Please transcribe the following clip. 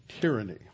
tyranny